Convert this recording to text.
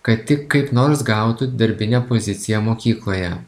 kad tik kaip nors gautų darbinę poziciją mokykloje